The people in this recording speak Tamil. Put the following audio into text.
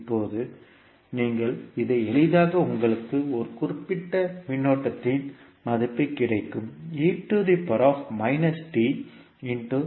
இப்போது நீங்கள் இதை எளிதாக உங்களுக்கு ஒரு குறிப்பிட்ட மின்னோட்டத்தின் மதிப்பு கிடைக்கும்